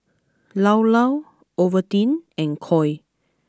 Llao Llao Ovaltine and Koi